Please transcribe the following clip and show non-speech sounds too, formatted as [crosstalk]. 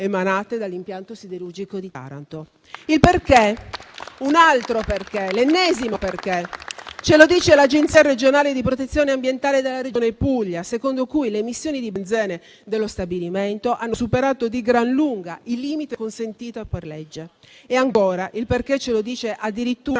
emanate dall'impianto siderurgico di Taranto. [applause] Il perché - un altro, l'ennesimo perché - ce lo dice l'Agenzia regionale di protezione ambientale della Regione Puglia, secondo cui le emissioni di benzene dello stabilimento hanno superato di gran lunga il limite consentito per legge. E ancora: il perché ce lo dice addirittura